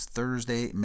Thursday